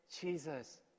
Jesus